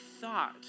thought